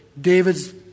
David's